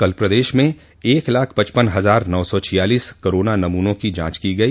कल प्रदेश में एक लाख पचपन हजार नौ सौ छियालीस कोरोना नमूनों की जांच की गई